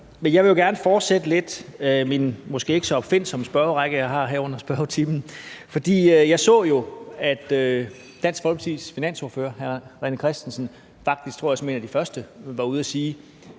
jeg vil jo gerne fortsætte min måske ikke så opfindsomme række af spørgsmål, jeg har her. For jeg så jo, at Dansk Folkepartis finansordfører, hr. René Christensen, faktisk som en af de første, tror jeg, var ude at sige,